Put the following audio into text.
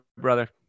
brother